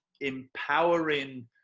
empowering